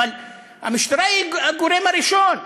אבל המשטרה היא הגורם הראשון,